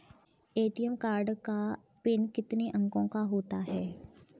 ATM card का PIN कितने अंकों का होता है?